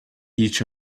each